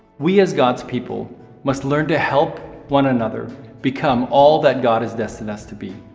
we as god's people must learn to help one another become all that god has destined us to be.